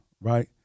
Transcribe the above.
right